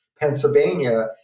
Pennsylvania